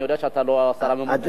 אני יודע שאתה לא השר הממונה,